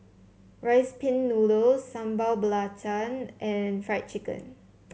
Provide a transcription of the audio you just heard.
Rice Pin Noodles Sambal Belacan and Fried Chicken